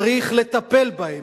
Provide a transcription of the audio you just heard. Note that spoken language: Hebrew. צריך לטפל בהן.